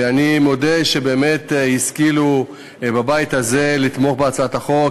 ואני מודה שבאמת השכילו בבית הזה לתמוך בהצעת החוק,